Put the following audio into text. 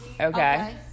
Okay